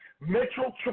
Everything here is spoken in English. Mitchell